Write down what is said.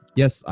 yes